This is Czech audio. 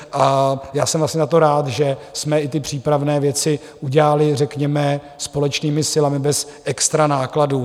A já jsem vlastně za to rád, že jsme i ty přípravné věci udělali řekněme společnými silami bez extra nákladů.